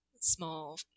small